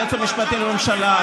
ליועץ המשפטי לממשלה,